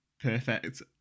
Perfect